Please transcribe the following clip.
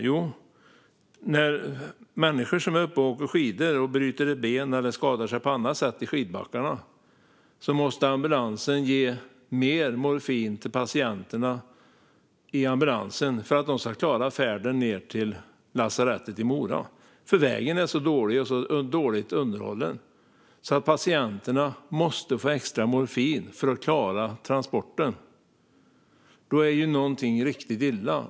Jo, när människor som är uppe och åker skidor och bryter ett ben eller skadar sig på annat sätt i skidbackarna måste man i ambulansen ge mer morfin för att patienterna ska klara färden till lasarettet i Mora. Vägen är nämligen så dålig och så dåligt underhållen att patienterna måste få extra morfin för att klara transporten. Då är något riktigt illa.